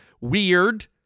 weird